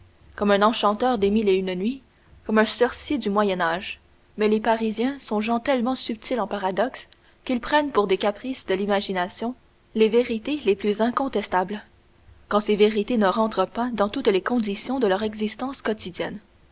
comme un enchanteur des mille et une nuits comme un sorcier du moyen âge mais les parisiens sont gens tellement subtils en paradoxes qu'ils prennent pour des caprices de l'imagination les vérités les plus incontestables quand ces vérités ne rentrent pas dans toutes les conditions de leur existence quotidienne